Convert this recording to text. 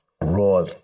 raw